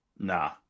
Nah